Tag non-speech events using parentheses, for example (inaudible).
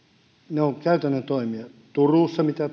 ne ovat käytännön toimia mitä (unintelligible)